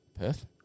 Perth